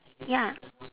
ya